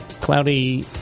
Cloudy